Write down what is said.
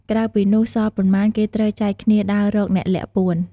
ក្រៅពីនោះ សល់ប៉ុន្មាន គេត្រូវចែកគ្នាដើររកអ្នកលាក់ពួន។